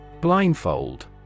Blindfold